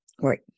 Right